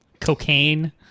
Cocaine